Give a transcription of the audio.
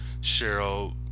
Cheryl